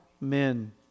men